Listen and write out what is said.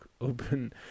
open